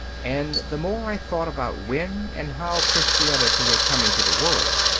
and the more i thought about when and how christianity had come into the world,